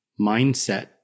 mindset